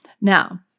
Now